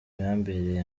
yambereye